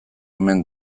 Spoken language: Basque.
omen